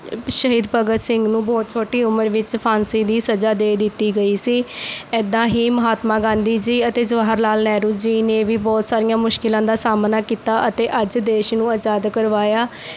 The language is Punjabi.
ਸ਼ਹੀਦ ਭਗਤ ਸਿੰਘ ਨੂੰ ਬਹੁਤ ਛੋਟੀ ਉਮਰ ਵਿੱਚ ਫਾਂਸੀ ਦੀ ਸਜ਼ਾ ਦੇ ਦਿੱਤੀ ਗਈ ਸੀ ਇੱਦਾਂ ਹੀ ਮਹਾਤਮਾ ਗਾਂਧੀ ਜੀ ਅਤੇ ਜਵਾਹਰ ਲਾਲ ਨਹਿਰੂ ਜੀ ਨੇ ਵੀ ਬਹੁਤ ਸਾਰੀਆਂ ਮੁਸ਼ਕਿਲਾਂ ਦਾ ਸਾਹਮਣਾ ਕੀਤਾ ਅਤੇ ਅੱਜ ਦੇਸ਼ ਨੂੰ ਆਜ਼ਾਦ ਕਰਵਾਇਆ